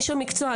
איש המקצוע,